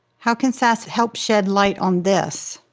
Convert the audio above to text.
how can sas help shed light on this?